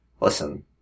Listen